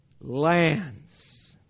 lands